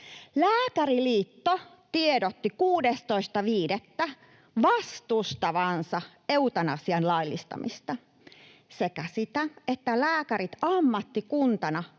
Lääkäriliitto tiedotti 16.5. vastustavansa eutanasian laillistamista sekä sitä, että lääkärit ammattikuntana